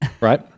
right